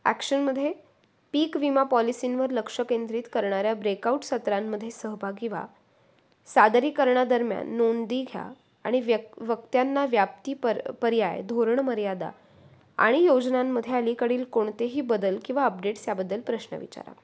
ॲक्शनमध्ये पीक विमा पॉलिसींवर लक्ष केंद्रित करणाऱ्या ब्रेकआउट सत्रांमध्ये सहभागी व्हा सादरीकरणा दरम्यान नोंदी घ्या आणि व्य वक्त्यांना व्याप्ती पर पर्याय धोरण मर्यादा आणि योजनांमध्ये अलीकडील कोणतेही बदल किंवा अपडेट्स याबद्दल प्रश्न विचारा